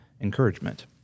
encouragement